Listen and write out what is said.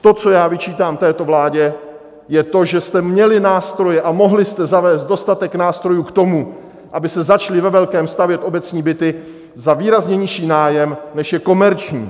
To, co já vyčítám této vládě, je to, že jste měli nástroje a mohli jste zavést dostatek nástrojů k tomu, aby se začaly ve velkém stavět obecní byty za výrazně nižší nájem, než je komerční.